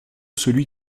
celui